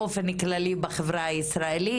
באופן כללי בחברה הישראלית,